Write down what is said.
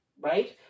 right